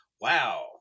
wow